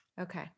Okay